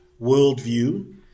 worldview